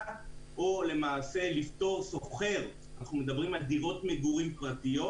הנחה או לפטור שוכר אנחנו מדברים על דירות מגורים פרטיות